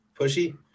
pushy